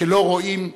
שלא רואים מכאן,